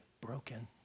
broken